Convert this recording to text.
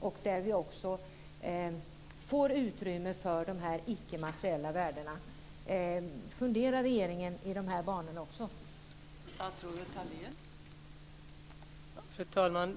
Vi måste också få utrymme för de icke materiella värdena. Funderar också regeringen i dessa banor?